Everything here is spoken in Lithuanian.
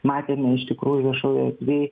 matėme iš tikrųjų viešojoj erdvėj